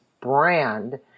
Brand